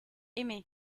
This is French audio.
aimé